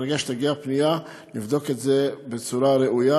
ברגע שתגיע פנייה נבדוק את זה בצורה ראויה,